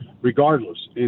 regardless